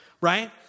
right